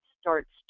Starts